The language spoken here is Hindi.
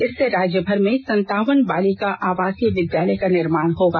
इससे राज्य भर में संतावन बालिका आवासीय विद्यालय का निर्माण होगा